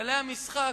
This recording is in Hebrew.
כללי המשחק,